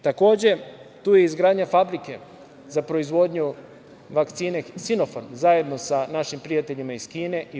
Takođe, tu je i izgradnja fabrike za proizvodnju vakcine „Sinofarm“, zajedno sa našim prijateljima iz Kine i UAE.